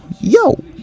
yo